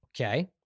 Okay